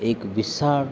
એક વિશાળ